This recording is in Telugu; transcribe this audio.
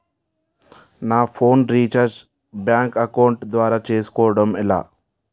నా ఫోన్ రీఛార్జ్ బ్యాంక్ అకౌంట్ ద్వారా చేసుకోవటం ఎలా?